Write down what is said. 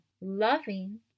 loving